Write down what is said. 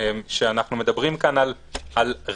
כשאנחנו מדברים כאן על רכש,